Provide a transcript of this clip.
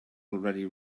already